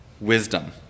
wisdom